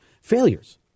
Failures